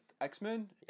X-Men